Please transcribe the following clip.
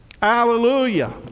Hallelujah